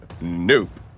Nope